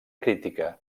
crítica